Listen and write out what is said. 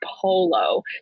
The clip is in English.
polo